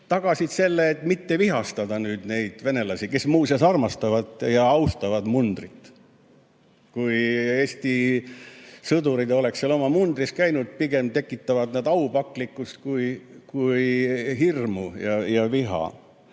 tagasid selle, et mitte vihastada neid venelasi, kes muuseas armastavad ja austavad mundrit. Kui Eesti sõdurid oleks seal oma mundris käinud, nad pigem tekitaksid aupaklikkust kui hirmu ja viha. Nii